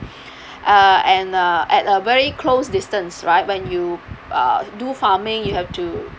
uh and uh at a very close distance right when you uh do farming you have to